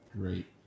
Great